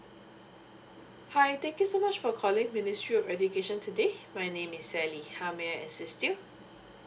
hi thank you so much for calling ministry of education today my name is sally how may I assist you